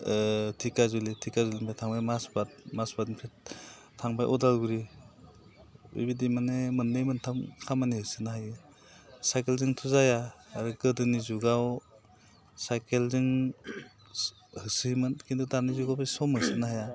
धेकियाजुलि धेकियाजुलिनिफ्राय थांबाय माजबाद माजबादनिफ्राय थांबाय उदालगुरि बेबायदि माने मोननै मोनथाम खामानि होसोनो हायो साइखेलजोंथ' जाया दा बे गोदोनि जुगाव साइखेलजों होसोयोमोन खिन्थु दानि जुगाव सम होसोनो हाया